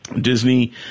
Disney